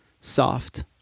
soft